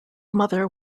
mother